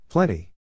Plenty